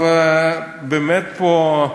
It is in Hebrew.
אבל באמת פה,